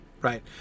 Right